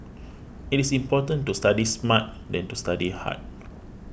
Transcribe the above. it is important to study smart than to study hard